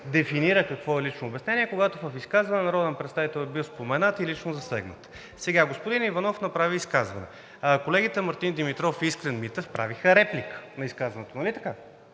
дефинира какво е лично обяснение – когато в изказване народен представител е бил споменат и лично засегнат. Господин Иванов направи изказване. Колегите Мартин Димитров и Искрен Митев правиха реплика на изказването, нали така?